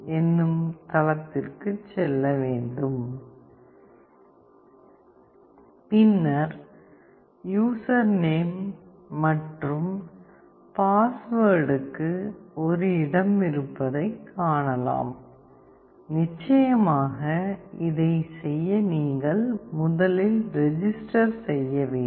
org க்கு செல்ல வேண்டும் பின்னர் யூசர் நேம் மற்றும் பாஸ்வேர்ட்க்கு ஒரு இடம் இருப்பதைக் காணலாம் நிச்சயமாக இதைச் செய்ய நீங்கள் முதலில் ரெஜிஸ்டர் செய்ய வேண்டும்